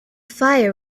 fire